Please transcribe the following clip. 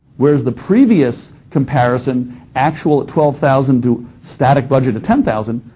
whereas the previous comparison actual at twelve thousand to static budget of ten thousand,